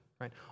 right